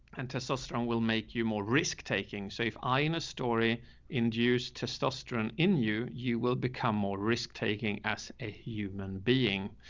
and testosterone will make you more taking. so if i in a story induce testosterone in you, you will become more risk-taking as a human being.